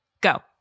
go